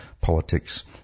politics